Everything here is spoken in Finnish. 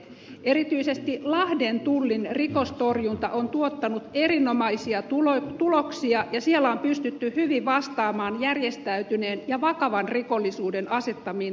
erityisesti lahden tullin rikostorjunta on tuottanut erinomaisia tuloksia ja siellä on pystytty hyvin vastaamaan järjestäytyneen ja vakavan rikollisuuden asettamiin haasteisiin